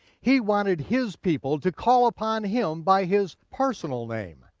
he wanted his people to call upon him by his personal name,